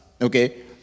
Okay